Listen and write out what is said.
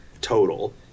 total